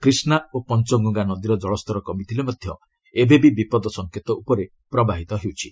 କ୍ରିଷ୍ଣା ଓ ପଞ୍ଚଗଙ୍ଗା ନଦୀର ଜଳସ୍ତର କମିଥିଲେ ମଧ୍ୟ ଏବେବି ବିପଦ ସଙ୍କେତ ଉପରେ ପ୍ରବାହିତ ହେଉଛି